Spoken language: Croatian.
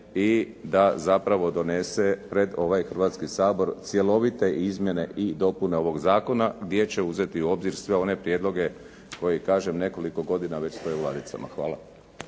i da zapravo donese pred ovaj Hrvatski sabor cjelovite izmjene i dopune ovog zakona, gdje će uzeti u obzir sve one prijedloge, koji kažem nekoliko godina već stoje u ladicama. Hvala.